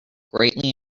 greatly